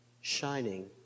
shining